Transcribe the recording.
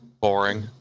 boring